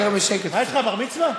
בר-מצווה?